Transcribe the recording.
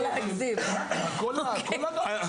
לא להגזים, אוקיי (צוחקת).